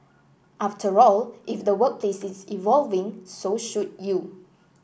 after all if the workplace is evolving so should you